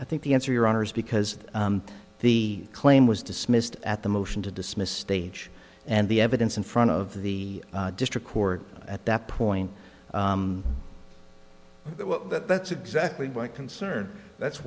i think the answer your honor's because the claim was dismissed at the motion to dismiss stage and the evidence in front of the district court at that point well that's exactly why concern that's